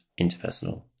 interpersonal